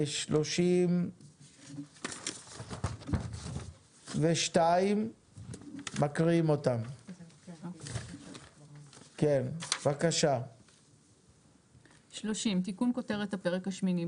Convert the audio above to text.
32. 30. תיקון כותרת הפרק השמיני.